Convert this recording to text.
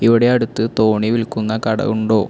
ഇവിടെ അടുത്ത് തോണി വിൽക്കുന്ന കട ഉണ്ടോ